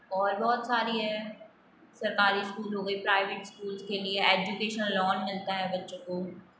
और बहुत सारी है सरकारी स्कूल हो गए प्राइवेट स्कूल्स के लिए एजुकेशनल लोन मिलता है बच्चों को